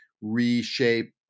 reshape